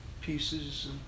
pieces